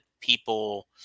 people